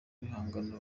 ibihangano